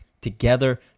together